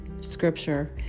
Scripture